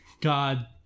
God